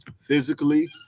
physically